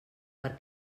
per